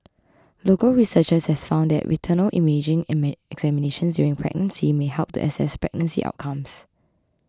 local researchers have found that retinal imaging examinations during pregnancy may help to assess pregnancy outcomes